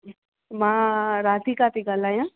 मां राधिका थी ॻाल्हायां